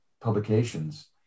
publications